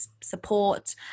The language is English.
support